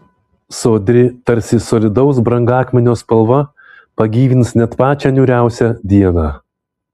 sodri tarsi solidaus brangakmenio spalva pagyvins net pačią niūriausią dieną